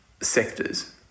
sectors